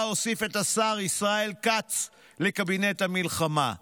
הוסיף את השר ישראל כץ לקבינט המלחמה,